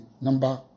number